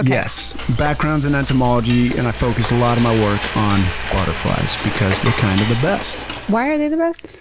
yes. background's in entomology and i focus a lot of my work on butterflies because they're kind of the best. why are they the best?